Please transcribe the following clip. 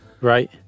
Right